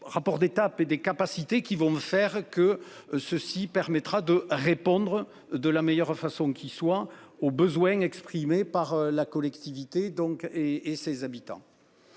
rapports d'étape et des capacités qui vont faire que ceci permettra de répondre de la meilleure façon qui soit aux besoins exprimés par la collectivité donc et et ses habitants.